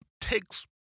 takes